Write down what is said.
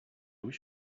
wish